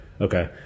Okay